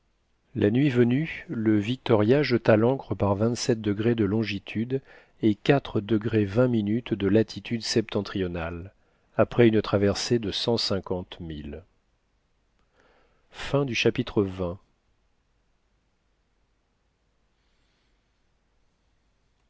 la nuit venue le victoria jeta l'ancre par de longitude et de latitude septentrionale après une traversée de cent cinquante milles chapitre